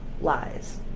lies